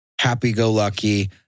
happy-go-lucky